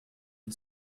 and